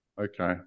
Okay